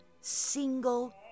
single